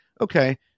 okay